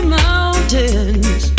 mountains